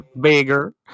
bigger